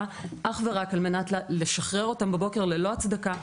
אך ורק על מנת לשחרר אותם בבוקר ללא הצדקה,